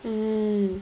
mm